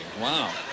Wow